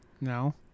no